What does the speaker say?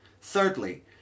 Thirdly